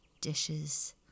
dishes